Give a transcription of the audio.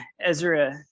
Ezra